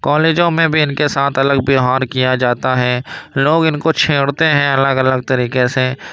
کالجوں میں بھی ان کے ساتھ الگ ویوہار کیا جاتا ہے لوگ ان کو چھیڑتے ہیں الگ الگ طریقے سے